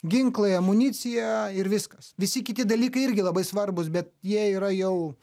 ginklai amunicija ir viskas visi kiti dalykai irgi labai svarbūs bet jie yra jau